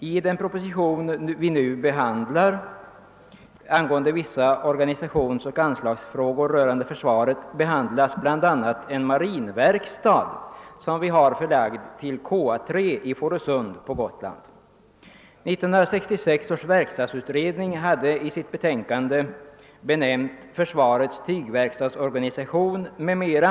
I propositionen 110 angående vissa organisationsoch anslagsfrågor rörande försvaret, som vi nu diskuterar, behandlas bl.a. en marinverkstad, som är förlagd till KA 3 i Fårösund på Gotland. 1966 års verkstadsutredning hade 1 sitt betänkande »Försvarets tygverkstadsorganisation m.m.